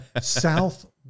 South